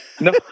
No